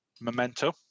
Memento